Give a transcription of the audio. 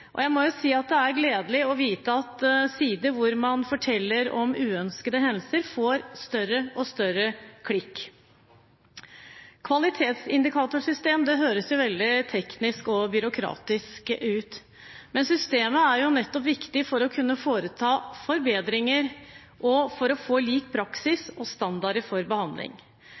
Jeg må si at det er gledelig å vite at sider hvor man forteller om uønskede hendelser, får større og større antall klikk. Kvalitetsindikatorsystem høres veldig teknisk og byråkratisk ut, men systemet er nettopp viktig for å kunne foreta forbedringer og for å få lik praksis og like standarder for behandling.